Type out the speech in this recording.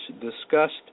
discussed